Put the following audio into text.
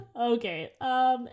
Okay